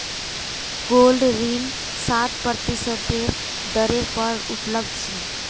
gold ऋण सात प्रतिशतेर दरेर पर उपलब्ध छ